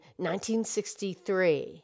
1963